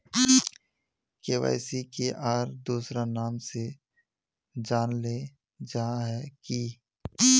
KYC के आर दोसरा नाम से जानले जाहा है की?